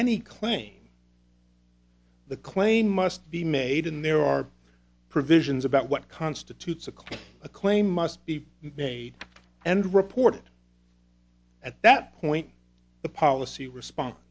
any claim the claim must be made in there are provisions about what constitutes a claim a claim must be made and reported at that point the policy response